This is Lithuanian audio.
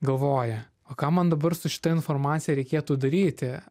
galvoja o ką man dabar su šita informacija reikėtų daryti